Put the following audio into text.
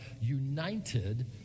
united